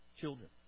children